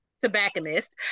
tobacconist